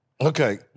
Okay